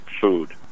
food